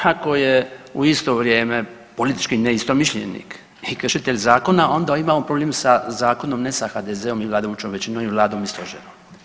Ako je u isto vrijeme politički neistomišljenik i kršitelj zakona onda imamo problem sa zakonom, ne sa HDZ-om ili vladajućom većinom ili Vladom i stožerom.